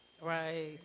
Right